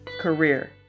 career